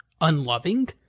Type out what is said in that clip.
unloving